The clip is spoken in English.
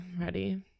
ready